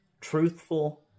truthful